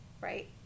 right